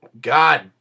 God